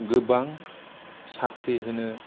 गोबां साख्रि होनो